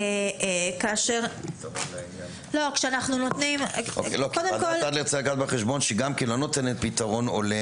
צריך לקחת בחשבון שגם ועדת אדלר לא נותנת פתרון הולם